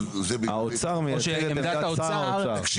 האוצר מייצג את עמדת --- תקשיב.